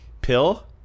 Pill